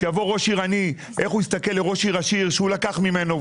שיבוא ראש עיר עני ואיך הוא יסתכל על ראש עיר עשיר שלקח ממנו,